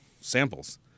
samples